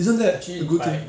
isn't that a good thing